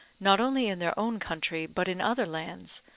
not only in their own country, but in other lands,